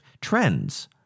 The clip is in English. trends